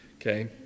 Okay